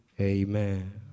Amen